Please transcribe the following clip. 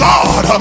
God